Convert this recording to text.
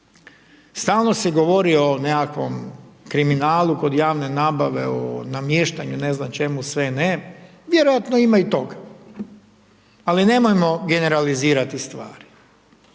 Stalno se govori o nekakvom kriminalu kod javne nabave, o namještanju, ne znam čemu sve ne. Vjerojatno ima i tog. Ali nemojmo generalizirati stvar.